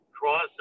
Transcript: cross